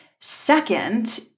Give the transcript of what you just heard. Second